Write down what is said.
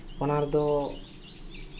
ᱚᱱᱟᱫᱚ